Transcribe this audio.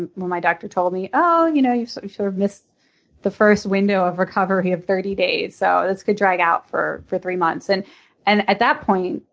and when my doctor told me, oh, you know you so sort of missed the first window of recovery of thirty days, so this could drag out for three three months. and and at that point,